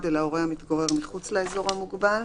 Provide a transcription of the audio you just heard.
אל ההורה המתגורר מחוץ לאזור המוגבל,